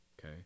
okay